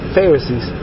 Pharisees